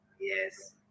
Yes